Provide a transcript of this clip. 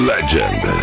Legend